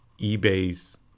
eBay's